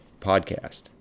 podcast